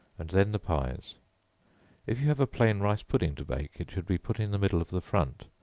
and then the pies if you have a plain rice pudding to bake, it should be put in the middle of the front,